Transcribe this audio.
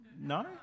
no